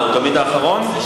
הוא תמיד האחרון?